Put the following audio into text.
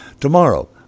Tomorrow